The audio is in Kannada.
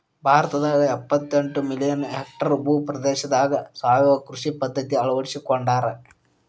ಭಾರತದಾಗ ಎಪ್ಪತೆಂಟ ಮಿಲಿಯನ್ ಹೆಕ್ಟೇರ್ ಭೂ ಪ್ರದೇಶದಾಗ ಸಾವಯವ ಕೃಷಿ ಪದ್ಧತಿ ಅಳ್ವಡಿಸಿಕೊಂಡಾರ